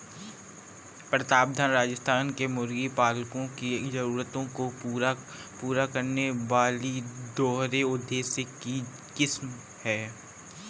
प्रतापधन राजस्थान के मुर्गी पालकों की जरूरतों को पूरा करने वाली दोहरे उद्देश्य की किस्म है